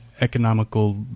economical